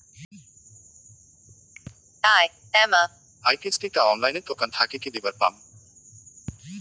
EMI কিস্তি টা অনলাইনে দোকান থাকি কি দিবার পাম?